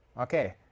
Okay